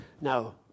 Now